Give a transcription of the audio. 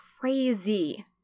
crazy